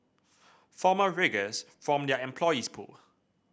former riggers from their employees pool